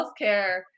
healthcare